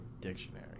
dictionary